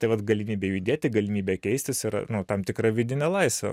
tai vat galimybė judėti galimybė keistis yra tam tikra vidinė laisvė